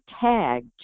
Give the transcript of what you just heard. tagged